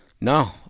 No